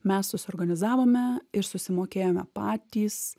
mes susiorganizavome ir susimokėjome patys